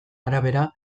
arabera